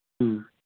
ꯎꯝ